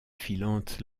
filantes